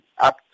up